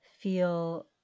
feel